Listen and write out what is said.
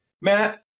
Matt